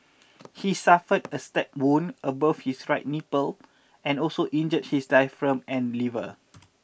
he suffered a stab wound above his right nipple and also injured his diaphragm and liver